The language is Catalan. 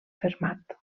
fermat